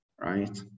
right